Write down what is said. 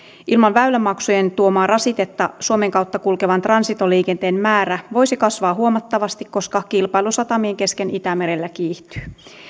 ilman väylämaksujen tuomaa rasitetta suomen kautta kulkevan transitoliikenteen määrä voisi kasvaa huomattavasti koska kilpailu satamien kesken itämerellä kiihtyy